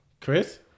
Chris